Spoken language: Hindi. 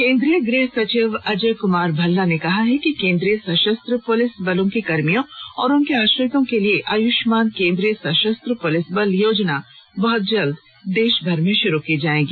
केन्द्रीय गृह सचिव अजय कुमार भल्ला ने कहा है कि केन्द्रीय सशस्त्र पुलिस बलों के कर्मियों और उनके आश्रितों के लिए आयुष्मान केन्द्रीय सशस्त्र पुलिस बल योजना बहत जल्द देश भर में शुरू की जाएगी